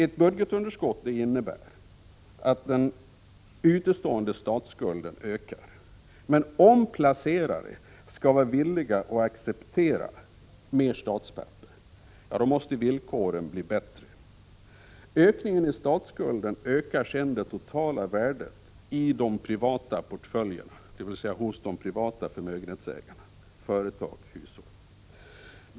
Ett budgetunderskott innebär att den utestående statsskulden ökar. Men om placerare skall vara villiga att acceptera mer statspapper måste villkoren bli bättre. Ökningen i statsskulden ökar sedan det totala värdet i de privata portföljerna, dvs. hos de privata förmögenhetsägarna — företag och hushåll.